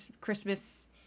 Christmas